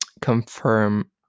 confirm